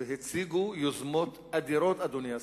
והציגו יוזמות אדירות, אדוני השר.